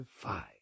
five